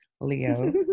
Leo